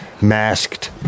masked